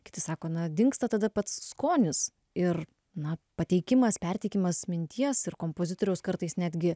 kiti sako na dingsta tada pats skonis ir na pateikimas perteikimas minties ir kompozitoriaus kartais netgi